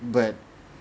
but